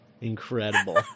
Incredible